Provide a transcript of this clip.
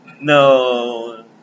No